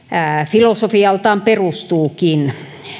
filosofialtaan perustuukin